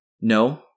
No